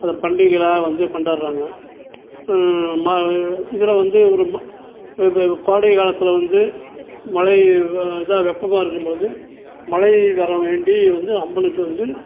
அதை பண்டிகைகளாக வந்து கொண்டாடுறாங்க மா இது இதில் வந்து ஒரு மொ இப்போ இப்போ கோடைக்காலத்தில் வந்து மழை இவா இதாக வெப்பமாக இருக்கும்பொழுது மழைக்காக வேண்டி வந்து அம்மனுக்கு வந்து